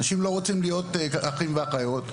אנשים לא רוצים להיות אחים ואחיות,